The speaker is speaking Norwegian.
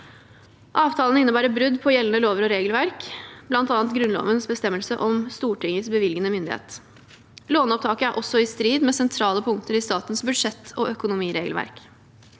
Avtalene innebærer brudd på gjeldende lover og regelverk, bl.a. Grunnlovens bestemmelse om Stortingets bevilgende myndighet. Låneopptaket er også i strid med sentrale punkter i statens budsjett- og økonomiregelverk.